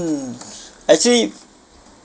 mm actually